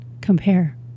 compare